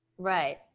right